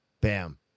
Bam